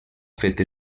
fet